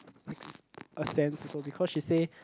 makes a sense also because she say